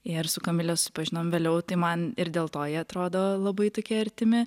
ir su kamile susipažinom vėliau tai man ir dėl to jie atrodo labai tokie artimi